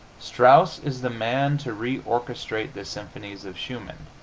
strauss is the man to reorchestrate the symphonies of schumann,